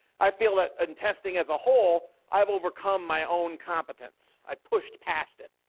i feel that in testing as a whole, i've overcome my own competence, i pushed passed it.